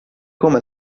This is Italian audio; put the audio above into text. come